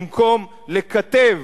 במקום לקטב,